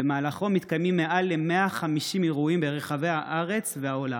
ובמהלכו מתקיימים מעל ל-150 אירועים ברחבי הארץ והעולם.